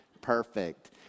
Perfect